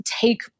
take